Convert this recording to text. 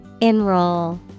Enroll